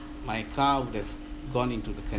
my car would have gone into the